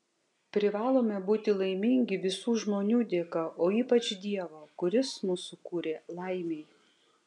privalome būti laimingi visų žmonių dėka o ypač dievo kuris mus sukūrė laimei